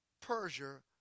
Persia